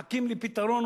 מחכים לפתרון,